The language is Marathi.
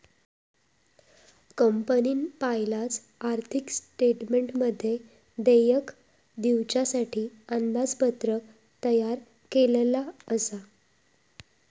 कंपनीन पयलाच आर्थिक स्टेटमेंटमध्ये देयक दिवच्यासाठी अंदाजपत्रक तयार केल्लला आसा